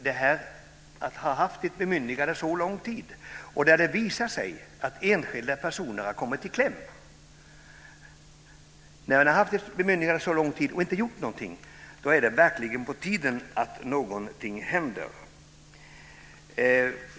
När man har haft ett bemyndigande så lång tid och inte har gjort något, trots att det visar sig att enskilda personer har kommit i kläm, är det verkligen på tiden att någonting händer.